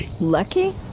Lucky